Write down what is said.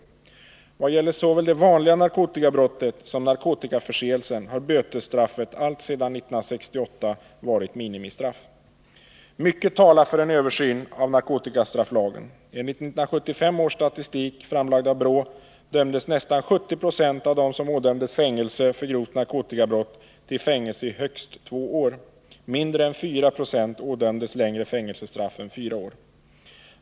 Vad gäller såväl det vanliga narkotikabrottet som narkotikaförseelsen har bötesstraffet alltsedan 1968 varit minimistraff. Mycket talar för en översyn av narkotikastrafflagen. Enligt 1975 års statistik framlagd av BRÅ dömdes nästan 70 Zo av dem som ådömdes fängelse för grovt narkotikabrott till fängelse i högst två år. Mindre än 4 90 ådömdes längre fängelsestraff än fyra år.